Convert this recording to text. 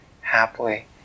Happily